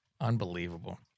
Unbelievable